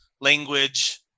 language